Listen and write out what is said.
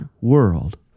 world